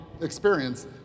experience